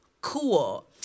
cool